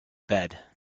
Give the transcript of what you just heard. bed